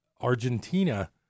Argentina